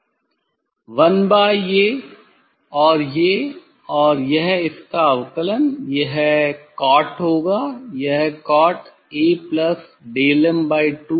1 by ये और ये और यह इसका अवकलन यह cot होगा यह cotAdelm2 होगा